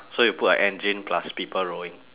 so you put a engine plus people rowing